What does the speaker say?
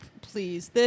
Please